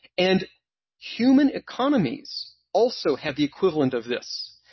and human economies also have the equivalent of this.